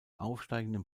aufsteigenden